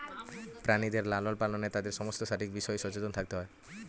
প্রাণীদের লালন পালনে তাদের সমস্ত শারীরিক বিষয়ে সচেতন থাকতে হয়